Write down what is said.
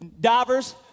divers